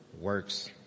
works